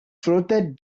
floated